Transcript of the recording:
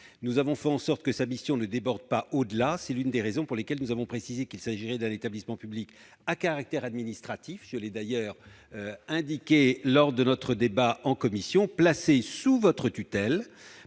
nous avons fait en sorte que sa mission ne déborde pas au-delà. C'est l'une des raisons pour lesquelles nous avons précisé qu'il s'agirait d'un établissement public à caractère administratif, comme je l'ai indiqué lors de nos débats en commission. Nous avons également